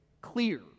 clear